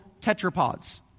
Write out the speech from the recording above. tetrapods